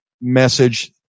message